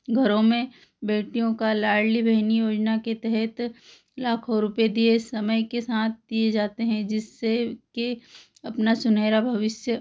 घरों में बेटियों का लाड़ली बहन योजना के तहत लाखों रुपये दिए समय के साथ दिए जाते हैं जिससे कि अपना सुनहरा भविष्य